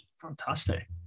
Fantastic